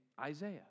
Isaiah